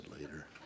later